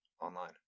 online